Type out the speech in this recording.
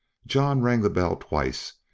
john rang the bell twice,